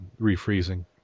refreezing